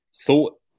thought